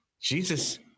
Jesus